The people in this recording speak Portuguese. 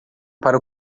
para